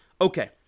Okay